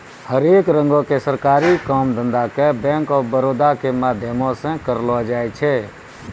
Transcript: हरेक रंगो के सरकारी काम धंधा के बैंक आफ बड़ौदा के माध्यमो से करलो जाय छै